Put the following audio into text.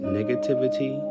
Negativity